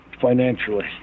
financially